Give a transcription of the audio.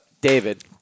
David